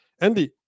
Andy